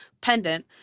pendant